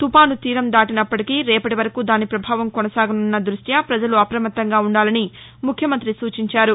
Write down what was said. తుపాను తీరందాటినప్పటికీ రేపటి వరకు దాని పభావం కొనసాగనున్న దృష్ట్యి పజలు అప్రమత్తంగా ఉండాలని ముఖ్యమంతి సూచించారు